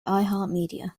iheartmedia